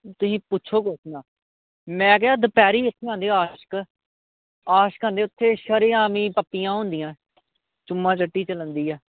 ਤੁਸੀਂ ਪੁੱਛੋ ਕੁਝ ਨਾ ਮੈਂ ਕਿਹਾ ਦੁਪਹਿਰੀ ਇੱਥੇ ਆਉਂਦੇ ਆਸ਼ਕ ਆਸ਼ਕ ਆਉਂਦੇ ਉੱਤੇ ਸ਼ਰੇਆਮ ਹੀ ਪੱਪੀਆਂ ਹੁੰਦੀਆਂ ਚੁੰਮਾ ਚਾਟੀ ਚੱਲਣਡੀਆ